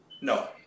No